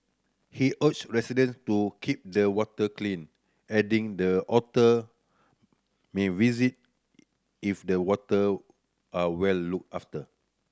he urged resident to keep the water clean adding the otter may visit if the water are well looked after